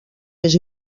més